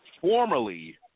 formerly